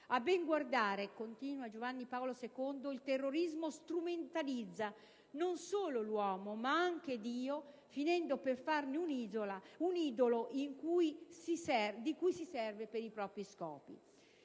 A ben guardare, il terrorismo strumentalizza non solo l'uomo, ma anche Dio, finendo per farne un idolo di cui si serve per i propri scopi».